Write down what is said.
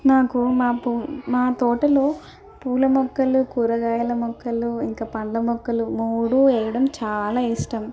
నాకు మాపు మా తోటలో పూలు మొక్కలు కూరగాయల మొక్కలు ఇంకా పండ్లు మొక్కలు మూడు వేయడం చాలా ఇష్టం